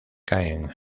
caen